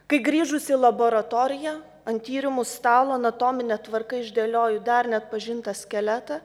kai grįžus į laboratoriją ant tyrimų stalo anatomine tvarka išdėlioju dar neatpažintą skeletą